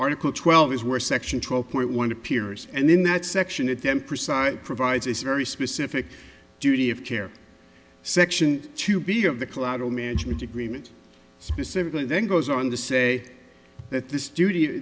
article twelve is where section twelve point one appears and in that section it them precisely provides its very specific duty of care section two b of the collateral management agreement specifically then goes on to say that the studio